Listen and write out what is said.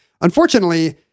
Unfortunately